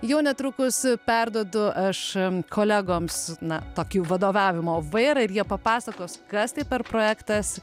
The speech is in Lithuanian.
jau netrukus perduodu aš kolegoms na tokį vadovavimo vairą ir jie papasakos kas tai per projektas